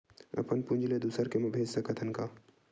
अपन पूंजी ला दुसर के मा भेज सकत हन का?